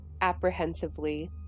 apprehensively